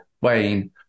Wayne